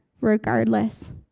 regardless